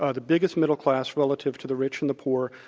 ah the biggest middle class relative to the rich and the poor,